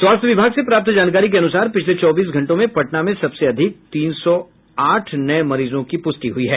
स्वास्थ्य विभाग से प्राप्त जानकारी के अनुसार पिछले चौबीस घंटों में पटना में सबसे अधिक तीन सौ आठ नये मरीजों की पुष्टि हुई है